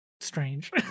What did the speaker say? strange